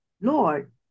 Lord